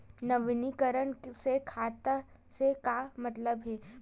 नवीनीकरण से खाता से का मतलब हे?